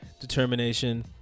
determination